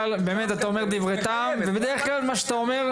אתה אומר דברי טעם ובדרך כלל מה שאתה אומר,